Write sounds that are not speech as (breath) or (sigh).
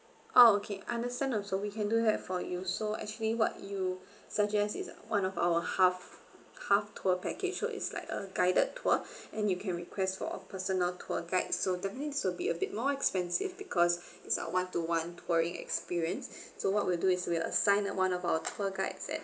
oh okay understand also we can do that for you so actually what you suggest is one of our half half tour package so it's like a guided tour (breath) and you can request for a personal tour guide so that means will be a bit more expensive because (breath) it's uh one to one touring experience (breath) so what we'll do is we assign one of our tour guides at